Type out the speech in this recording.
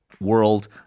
world